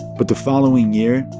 but the following year,